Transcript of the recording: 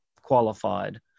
qualified